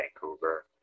Vancouver